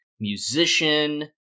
musician